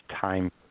time